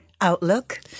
outlook